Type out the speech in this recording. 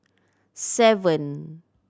seven